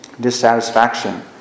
dissatisfaction